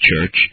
Church